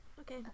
Okay